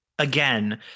Again